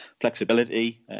flexibility